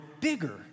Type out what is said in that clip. bigger